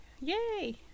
yay